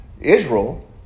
Israel